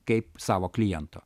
kaip savo kliento